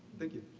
thank you.